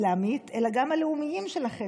אסלאמית אלא גם את האינטרסים הלאומיים שלכם,